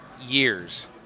years